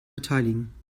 beteiligen